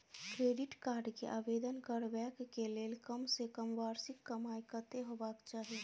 Credit card के आवेदन करबैक के लेल कम से कम वार्षिक कमाई कत्ते होबाक चाही?